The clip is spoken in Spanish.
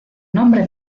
nombre